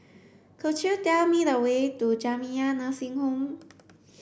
could you tell me the way to Jamiyah Nursing Home